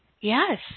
Yes